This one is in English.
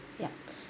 yup